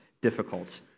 difficult